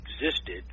existed